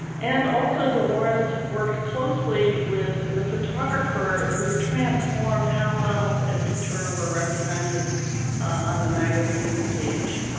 and also dolores worked closely with the photographer who transformed how models and cooter were represented on the magazine page